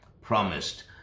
promised